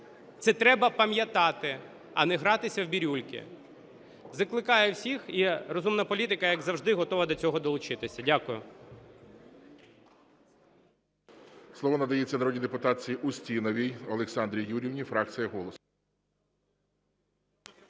Це треба пам'ятати, а не гратися в бирюльки. Закликаю всіх, і "Розумна політика", як завжди, готова до цього долучитися. Дякую.